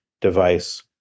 device